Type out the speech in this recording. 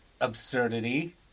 absurdity